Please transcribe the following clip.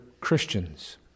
Christians